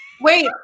Wait